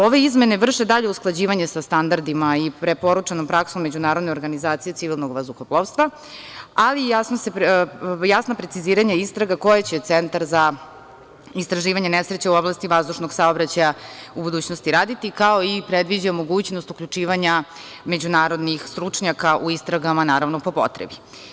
Ove izmene vrše dalje usklađivanje sa standardima i preporučenom praksom međunarodne organizacije civilnog vazduhoplovstva, ali i jasno preciziranje istraga koje će Centar za istraživanje nesreće u oblasti vazdušnog saobraćaja u budućnosti raditi, kao i predviđa mogućnost uključivanja međunarodnih stručnjaka u istragama, naravno po potrebi.